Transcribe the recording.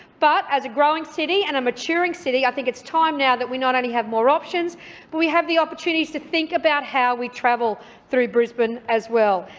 but, as a growing city and a maturing city, i think it's time now that we not only have more options but we have the opportunity to think about how we travel through brisbane as well.